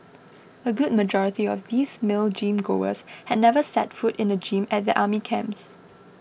a good majority of these male gym goers had never set foot in the gym at their army camps